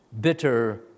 bitter